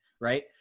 right